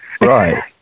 Right